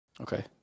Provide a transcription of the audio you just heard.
Okay